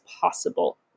possible